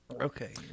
okay